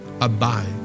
Abide